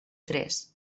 tres